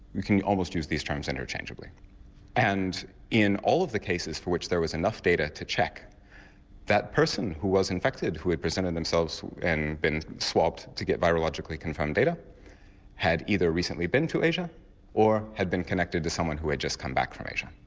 you can almost use these terms inter-changeably and in all of the cases for which there was enough data to check that person who was infected who presented themselves and had been swabbed to get virologically confirmed data had either recently been to asia or had been connected to someone who had just come back from asia.